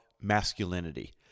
masculinity